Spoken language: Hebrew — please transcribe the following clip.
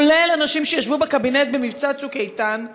כולל אנשים שישבו בקבינט במבצע "צוק איתן".